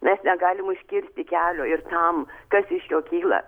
mes negalime užkirsti kelio ir tam kas iš jo kyla